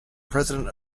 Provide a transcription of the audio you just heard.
president